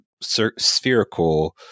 spherical